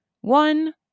One